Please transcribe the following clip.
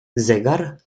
zegar